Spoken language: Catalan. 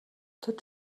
tot